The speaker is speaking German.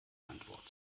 antwort